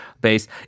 base